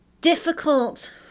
difficult